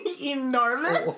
enormous